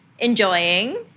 Enjoying